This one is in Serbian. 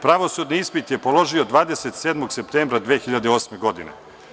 Pravosudni ispit je položio 27. septembra 2008. godine.